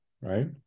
right